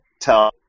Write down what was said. tell